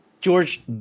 George